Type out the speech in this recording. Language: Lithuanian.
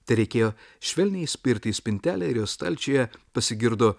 tereikėjo švelniai spirti į spintelę ir jos stalčiuje pasigirdo